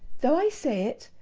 though i say it,